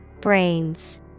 Brains